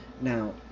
Now